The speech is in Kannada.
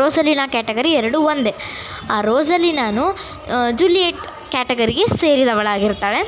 ರೋಸಲೀನ ಕ್ಯಾಟಗರಿ ಎರಡು ಒಂದೇ ಆ ರೋಸಲೀನನು ಜೂಲಿಯೆಟ್ ಕ್ಯಾಟಗರಿಗೆ ಸೇರಿದವಳಾಗಿರ್ತಾಳೆ